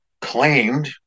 claimed